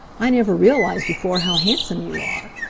i never realized before how handsome you are.